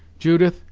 judith,